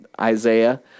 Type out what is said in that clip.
Isaiah